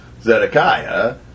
Zedekiah